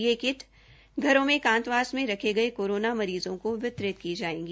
ये किट घरों में एकांतवास में रखे गये कोरोना मरीज़ों को वितरित की जायेगी